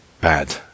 bad